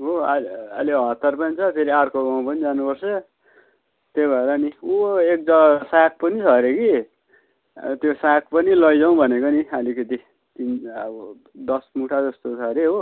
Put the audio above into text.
हो आ अहिले हतार पनि छ फेरि अर्को गाउँ पनि जानुपर्छ त्यही भएर नि ऊ एक जग्गा साग पनि छ अरे कि त्यो साग पनि लैजाउँ भनेको नि अलिकति तिन अब दस मुठा जस्तो छ अरे हो